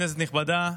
כנסת נכבדה,